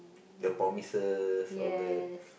the promises all that